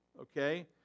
Okay